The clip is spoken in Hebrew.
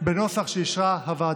בנוסח שאישרה הוועדה.